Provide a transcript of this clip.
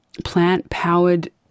plant-powered